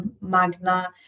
Magna